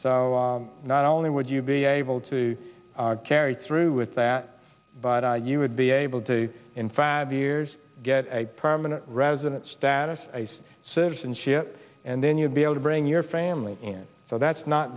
so not only would you be able to carry through with that but i you would be able to in five years get a permanent resident status ice service and shit and then you'd be able to bring your family in so that's not